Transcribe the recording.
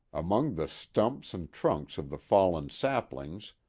among the stumps and trunks of the fallen saplings,